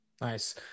Nice